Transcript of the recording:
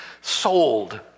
sold